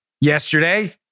yesterday